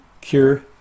cure